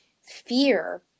fear